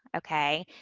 okay?